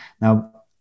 Now